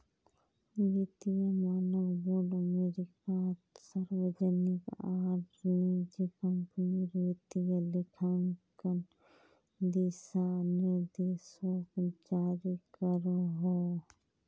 वित्तिय मानक बोर्ड अमेरिकात सार्वजनिक आर निजी क्म्पनीर वित्तिय लेखांकन दिशा निर्देशोक जारी करोहो